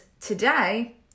today